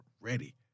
ready